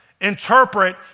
interpret